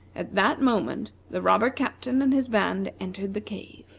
at that moment the robber captain and his band entered the cave.